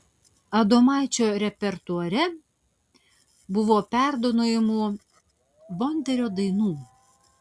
adomaičio repertuare buvo perdainuojamų vonderio dainų